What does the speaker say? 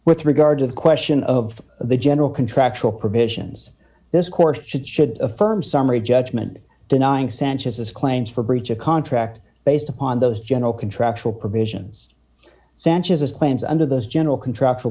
with regard to the question of the general contractual provisions this court should should affirm summary judgment denying sanchez's claims for breach of contract based upon those general contractual provisions sanchez's claims under those general contractual